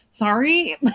Sorry